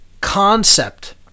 concept